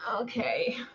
Okay